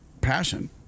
passion